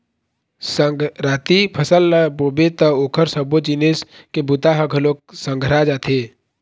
संघराती फसल ल बोबे त ओखर सबो जिनिस के बूता ह घलोक संघरा जाथे